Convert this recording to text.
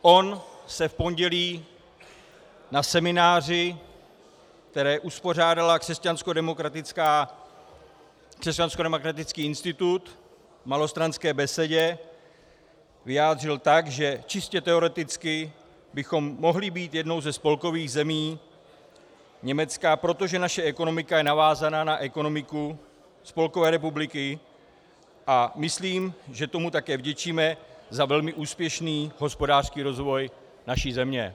On se v pondělí na semináři, který uspořádal křesťanskodemokratický institut v Malostranské besedě, vyjádřil tak, že čistě teoreticky bychom mohli být jednou ze spolkových zemí Německa, protože naše ekonomika je navázaná na ekonomiku Spolkové republiky, a myslím, že tomu také vděčíme za velmi úspěšný hospodářský rozvoj naší země.